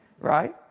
right